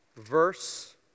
verse